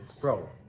Bro